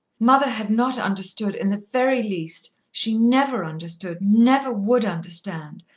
mother had not understood in the very least. she never understood, never would understand.